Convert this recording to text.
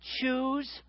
choose